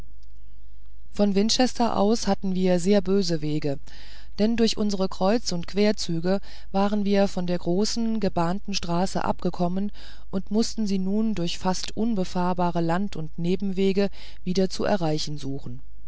von winchester aus hatten wir sehr böse wege denn durch unsere kreuz und querzüge waren wir von der großen gebahnten straße abgekommen und mußten sie nun durch fast unfahrbare land und nebenwege wieder zu erreichen suchen